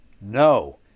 No